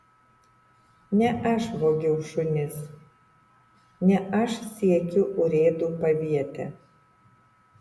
ne aš vogiau šunis ne aš siekiu urėdų paviete